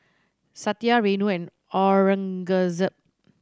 Satya Renu and Aurangzeb